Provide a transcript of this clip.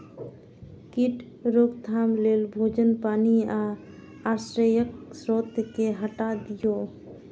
कीट रोकथाम लेल भोजन, पानि आ आश्रयक स्रोत कें हटा दियौ